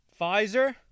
Pfizer